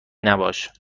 نباش